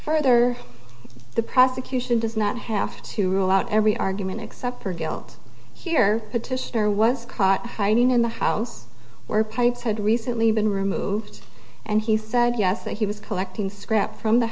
further the prosecution does not have to rule out every argument except for guilt here petitioner was caught hiding in the house where pipes had recently been removed and he said yes that he was collecting scrap from the